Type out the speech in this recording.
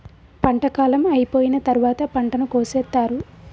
పంట కాలం అయిపోయిన తరువాత పంటను కోసేత్తారు